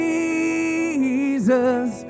Jesus